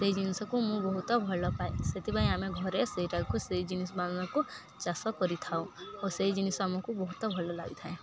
ସେଇ ଜିନିଷକୁ ମୁଁ ବହୁତ ଭଲ ପାଏ ସେଥିପାଇଁ ଆମେ ଘରେ ସେଇଟାକୁ ସେଇ ଜିନିଷମାନଙ୍କୁ ଚାଷ କରିଥାଉ ଓ ସେଇ ଜିନିଷ ଆମକୁ ବହୁତ ଭଲ ଲାଗିଥାଏ